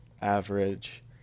average